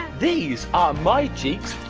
these are my cheeks.